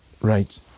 Right